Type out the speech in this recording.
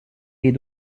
est